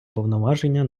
повноваження